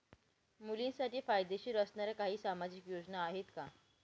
मुलींसाठी फायदेशीर असणाऱ्या काही सामाजिक योजना आहेत का?